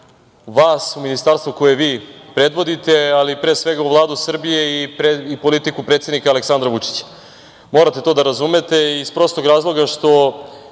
vas u Ministarstvo koje vi predvodite, ali pre svega u Vladu Srbije i politiku predsednika Aleksandra Vučića. Morate to da razumete iz prostog razloga što